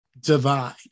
divide